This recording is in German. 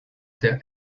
der